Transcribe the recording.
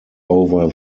over